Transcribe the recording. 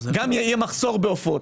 יהיה מחסור בעופות.